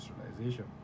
Industrialization